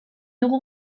dugu